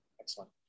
Excellent